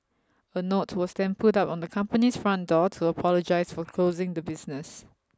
a note was then put up on the company's front door to apologise for closing the business